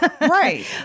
Right